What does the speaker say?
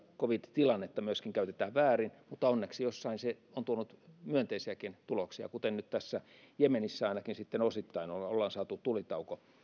covid tilannetta käytetään myöskin väärin mutta onneksi jossain se on tuonut myönteisiäkin tuloksia kuten nyt jemenissä missä ainakin osittain ollaan ollaan saatu tulitauko